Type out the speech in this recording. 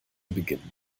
beginnen